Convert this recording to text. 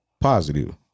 positive